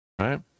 Right